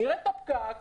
נראה את הפקק ונגיד: